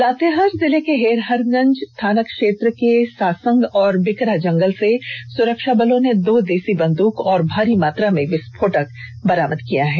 लातेहार जिले के हेरहंज थानाक्षेत्र के सासंग और बिकरा जंगल से सुरक्षा बलों ने दो देसी बंद्रक और भारी मात्रा में विस्फोटक सामग्री बरामद की है